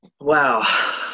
Wow